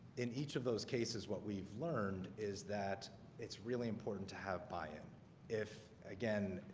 in each of those cases what we've learned is that it's really important to have buy-in if again,